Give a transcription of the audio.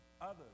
others